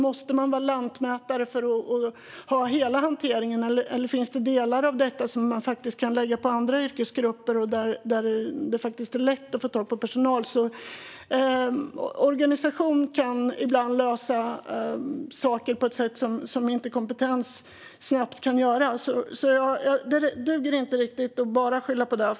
Måste man vara lantmätare för att ha hela hanteringen, eller finns det delar av detta som man kan lägga på andra yrkesgrupper, där det är lätt att få tag på personal? Organisation kan ibland lösa saker på ett sätt som inte kompetens snabbt kan göra. Det duger alltså inte riktigt att bara skylla på det.